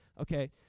okay